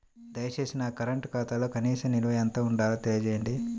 దయచేసి నా కరెంటు ఖాతాలో కనీస నిల్వ ఎంత ఉండాలో తెలియజేయండి